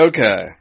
Okay